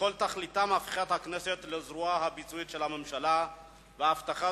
שכל תכליתם הפיכת הכנסת לזרוע הביצועית של הממשלה והבטחת